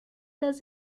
does